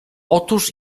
otóż